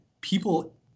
people